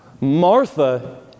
Martha